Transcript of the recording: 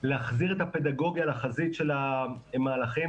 להחזיר את הפדגוגיה לחזית של המהלכים,